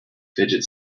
fidget